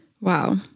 Wow